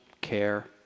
care